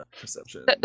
Perception